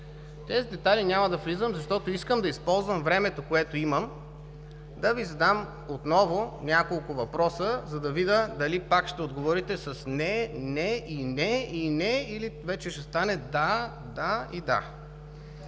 тези детайли няма да влизам, защото искам да използвам времето, което имам, да Ви задам отново няколко въпроса, за да видя дали пак ще отговорите с „не“, „не“ и „не“, и „не“ или вече ще стане „да“, „да“ и да“.